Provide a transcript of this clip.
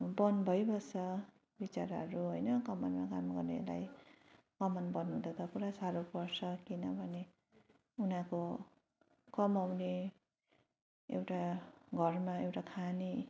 बन्द भइबस्छ बिचराहरू होइन कमानमा काम गर्नेलाई कमान बन्द हुँदा त पुरा साह्रो पर्छ किनभने उनीहरूको कमाउने एउटा घरमा एउटा खाने